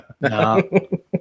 no